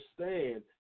understand